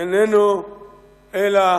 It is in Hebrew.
איננו אלא